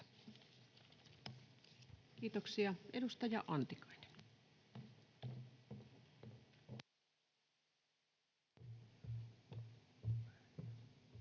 ja turvaa. Edustaja Antikainen